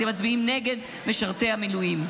אתם מצביעים נגד משרתי המילואים.